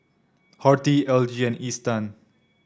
Horti L G and Isetan